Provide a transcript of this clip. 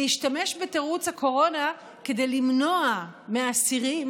להשתמש בתירוץ הקורונה כדי למנוע מאסירים